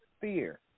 fear